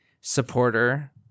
supporter